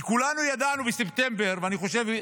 כי כולנו ידענו בספטמבר, ואני חושב,